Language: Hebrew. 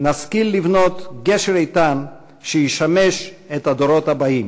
נשכיל לבנות גשר איתן שישמש את הדורות הבאים,